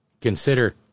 consider